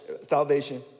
salvation